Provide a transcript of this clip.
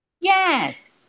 Yes